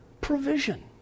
provision